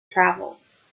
travels